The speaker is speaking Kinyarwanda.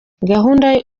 gahunda